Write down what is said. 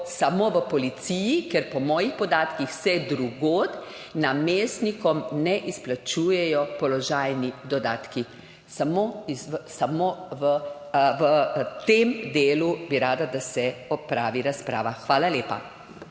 samo v policiji. Ker po mojih podatkih se drugod namestnikom ne izplačujejo položajni dodatki. Samo o tem delu bi rada, da se opravi razprava. Hvala lepa.